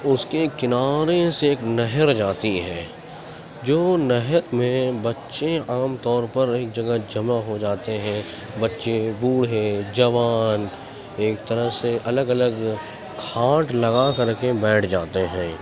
اس کے کنارے سے ایک نہر جاتی ہے جو نہر میں بچے عام طور پر ایک جگہ جمع ہو جاتے ہیں بچے بوڑھے جوان ایک طرح سے الگ الگ کھاٹ لگا کر کے بیٹھ جاتے ہیں